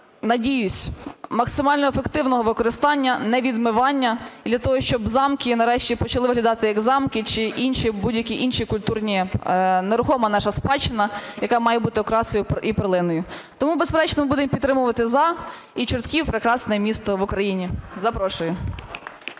надіюсь, максимально ефективного використання, не відмивання, для того, щоб замки нарешті почали виглядати, як замки чи будь-яка інша культурна нерухома наша спадщина, яка має бути окрасою і перлиною. Тому, безперечно, будемо підтримувати – за. І Чортків – прекрасне місто в Україні, запрошую.